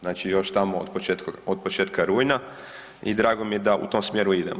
Znači još tamo od početka rujna i drago mi je da u tom smjeru idemo.